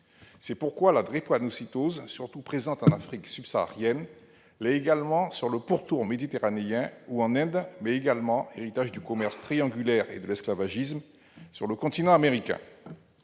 C'est pourquoi la drépanocytose, surtout présente en Afrique subsaharienne, l'est également sur le pourtour méditerranéen et en Inde, mais également, héritage du commerce triangulaire et de l'esclavagisme, sur le continent américain.